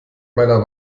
meiner